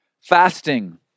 Fasting